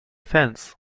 fence